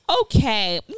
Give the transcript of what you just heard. Okay